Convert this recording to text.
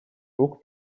рук